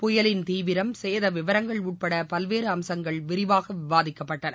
புயலின் தீவிரம் சேத விவரங்கள் உட்பட பல்வேறு அம்சங்கள் விரிவாக விவாதிக்கப்பட்டது